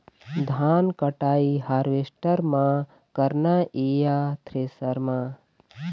धान कटाई हारवेस्टर म करना ये या थ्रेसर म?